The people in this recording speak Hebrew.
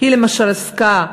היא עסקה,